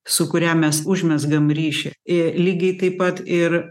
su kuria mes užmezgam ryšį ir lygiai taip pat ir